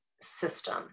system